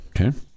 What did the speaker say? Okay